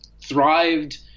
thrived